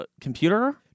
computer